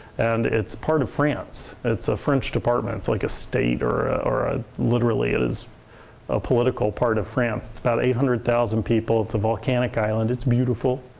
and it's part of france. it's a french department, it's like a state or or a literally, it is a political part of france. it's about eight hundred thousand people, it's a volcanic island, it's beautiful.